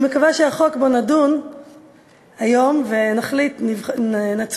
אני מקווה שהחוק שבו נדון היום ושעליו נצביע